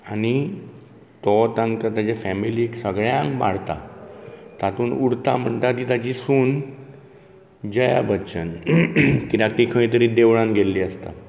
आनी तो तांकां ताज्या फेमिलीक सगळ्यांक मारता तातूंत उरता म्हणटा ती ताजी सून जया बच्चन कित्याक ती खंय तरी देवळान गेल्ली आसता